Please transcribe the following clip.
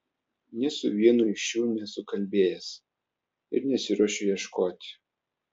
nė su vienu iš jų nesu kalbėjęs ir nesiruošiu ieškoti